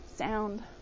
sound